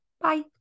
Bye